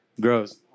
gross